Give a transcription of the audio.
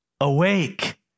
awake